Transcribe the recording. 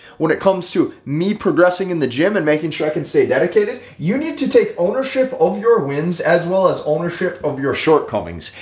when it comes to me progressing in the gym and making sure i can stay dedicated, you need to take ownership of your wins as well as ownership of your shortcomings.